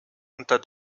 unter